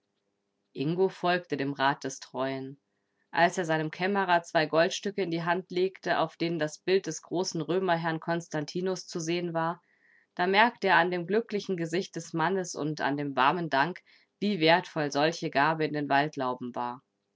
ingo folgte dem rat des treuen als er seinem kämmerer zwei goldstücke in die hand legte auf denen das bild des großen römerherrn constantinus zu sehen war da merkte er an dem glücklichen gesicht des mannes und an dem warmen dank wie wertvoll solche gabe in den waldlauben war